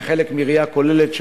זה חלק מראייה כוללת,